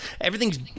Everything's